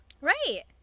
Right